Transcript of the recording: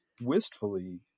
wistfully